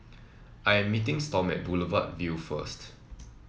I am meeting Storm at Boulevard Vue first